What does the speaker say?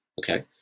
Okay